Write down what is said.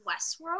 Westworld